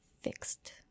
fixed